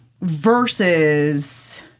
versus